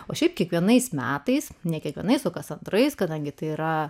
o šiaip kiekvienais metais ne kiekvienais o kas antrais kadangi tai yra